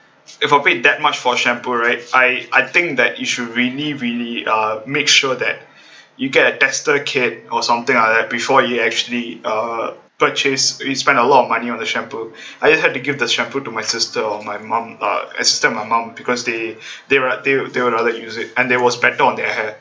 if I paid that much for shampoo right I I think that you should really really uh make sure that you get a tester kit or something like that before you actually uh purchase we spend a lot of money on the shampoo I had to give the shampoo to my sister or my mum uh my sister and my mum because they they are they are they would rather use it and it was better on their hair